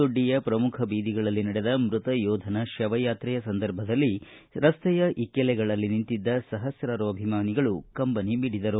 ದೊಡ್ಡಿಯ್ರ ಪ್ರಮುಖ ಬೀದಿಗಳಲ್ಲಿ ನಡೆದ ಮೃತ ಯೋಧನ ಶವಯಾತ್ರೆಯ ಸಂದರ್ಭದಲ್ಲಿ ರಸ್ತೆಯ ಇಕ್ಕೆಲೆಗಳಲ್ಲಿ ನಿಂತಿದ್ದ ಸಹಸ್ರಾರು ಅಭಿಮಾನಿಗಳು ಕಂಬನಿ ಮಿಡಿದರು